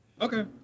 Okay